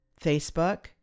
Facebook